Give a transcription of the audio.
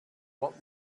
what